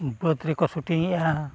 ᱵᱟᱹᱫᱽ ᱨᱮᱠᱚ ᱥᱩᱴᱤᱝᱮᱫᱼᱟ